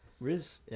Riz